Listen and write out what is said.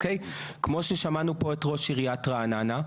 כמו ששמענו פה את ראש עיריית רעננה.